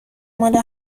مال